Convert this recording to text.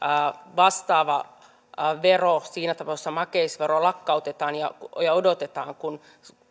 vastaava vero siinä tapauksessa makeisvero lakkautetaan ja odotetaan kun